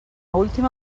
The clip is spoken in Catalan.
última